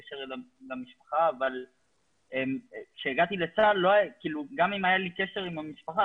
אבל גם אם היה לי קשר עם המשפחה,